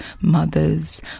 mothers